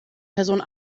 person